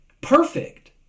perfect